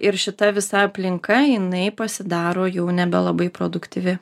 ir šita visa aplinka jinai pasidaro jau nebelabai produktyvi